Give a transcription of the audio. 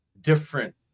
different